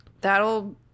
that'll